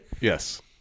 Yes